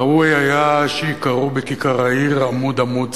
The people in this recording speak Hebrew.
ראוי היה שייקראו בכיכר העיר עמוד-עמוד,